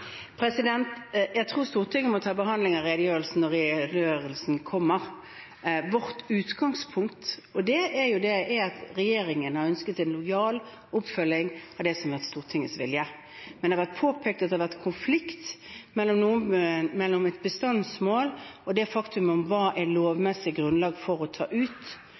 Vårt utgangspunkt er at regjeringen har ønsket en lojal oppfølging av det som har vært Stortingets vilje, men det har vært påpekt at det har vært konflikt mellom bestandsmål og fakta om hva det er lovmessig grunnlag for å ta ut